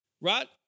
right